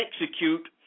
execute